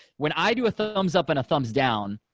when i do a thumbs up and a thumbs down,